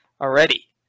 already